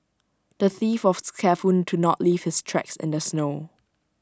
the thief was careful to not leave his tracks in the snow